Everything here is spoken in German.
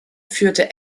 führte